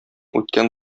үткән